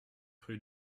rue